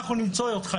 אנחנו נמצא אותך,